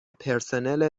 پرسنل